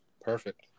Perfect